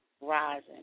rising